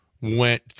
went